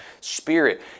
spirit